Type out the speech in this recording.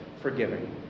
forgiving